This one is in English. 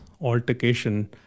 altercation